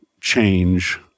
change